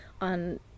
on